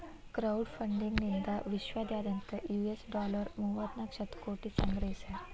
crowd funding ನಿಂದಾ ವಿಶ್ವದಾದ್ಯಂತ್ US dollar ಮೂವತ್ತನಾಕ ಶತಕೋಟಿ ಸಂಗ್ರಹಿಸ್ಯಾರ